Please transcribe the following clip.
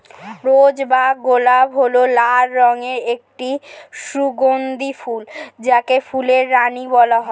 রোজ বা গোলাপ হল লাল রঙের একটি সুগন্ধি ফুল যাকে ফুলের রানী বলা হয়